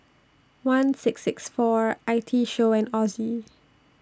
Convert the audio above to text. one six six four I T Show and Ozi